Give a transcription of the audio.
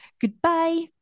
Goodbye